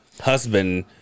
husband